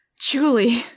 Julie